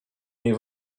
niej